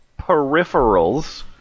Peripherals